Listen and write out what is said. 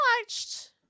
watched